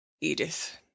Edith